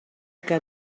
que